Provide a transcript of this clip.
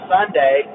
Sunday